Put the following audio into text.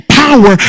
power